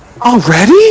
Already